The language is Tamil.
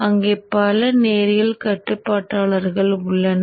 அங்கே பல நேரியல் கட்டுப்பாட்டாளர்கள் உள்ளன